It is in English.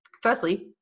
Firstly